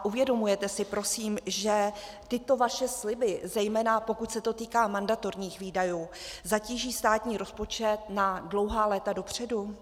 Uvědomujete si, prosím, že tyto vaše sliby, zejména pokud se to týká mandatorních výdajů, zatíží státní rozpočet na dlouhá léta dopředu?